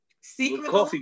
secret